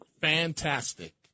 Fantastic